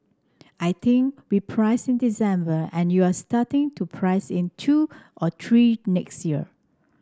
I think we priced in December and you're starting to price in two or three next year